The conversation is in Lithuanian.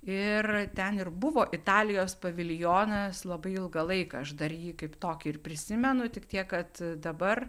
ir ten ir buvo italijos paviljonas labai ilgą laiką aš dar jį kaip tokį ir prisimenu tik tiek kad dabar